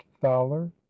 Fowler